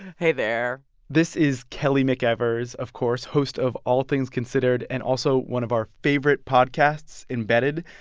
hey, there this is kelly mcevers, of course, host of all things considered and also one of our favorite podcasts, embedded.